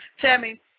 Tammy